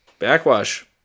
Backwash